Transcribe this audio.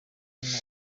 ubundi